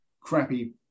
crappy